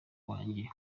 wanjye